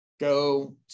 go